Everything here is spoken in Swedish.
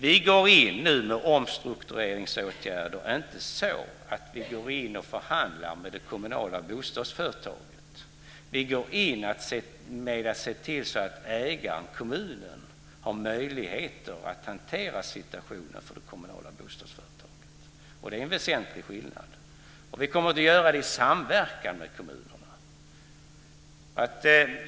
Vi går nu in med omstruktureringsåtgärder - inte så att vi går in och förhandlar med det kommunala bostadsföretaget, utan vi går in och ser till så att ägaren, kommunen, har möjligheter att hantera situationen för det kommunala bostadsföretaget. Det är en väsentlig skillnad. Vi kommer att göra detta i samverkan med kommunerna.